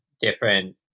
different